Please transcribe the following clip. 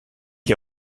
est